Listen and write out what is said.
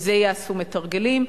את זה יעשו מתרגלים,